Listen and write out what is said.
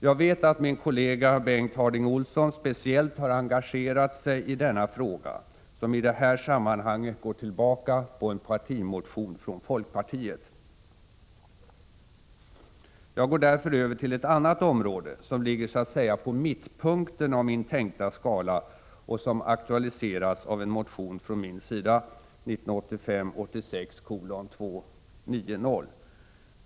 Jag vet att min kollega Bengt Harding Olson speciellt har engagerat sig i denna fråga, som i det här sammanhanget går tillbaka på en partimotion från folkpartiet. Jag går därför över till ett annat område, som ligger så att säga på mittpunkten av min tänkta skala och som aktualiserats av en motion från min sida, 1985/86:290.